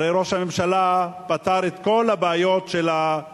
הרי ראש הממשלה פתר את כל הבעיות של המחאה